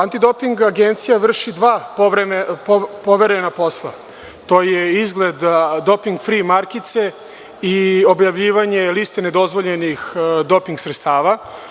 Antidoping agencija vrši dva poverena posla, a to je izgled doping fri markice i objavljivanje liste nedozvoljenih doping sredstava.